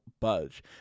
budge